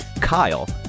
Kyle